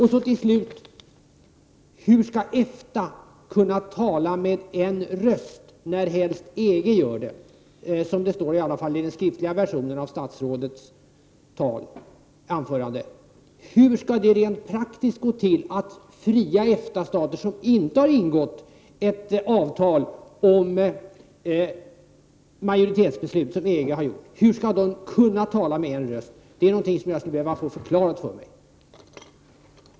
Hur skall EFTA kunna tala med en röst närhelst EG gör det, som det står i den skriftliga versionen av statsrådets anförande? Hur skall det rent praktiskt gå till för fria EFTA-stater, som inte har ingått något sådant avtal om majoritetsbeslut som EG har gjort, att tala med en röst? Det är något som jag skulle behöva få förklarat för mig.